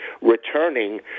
returning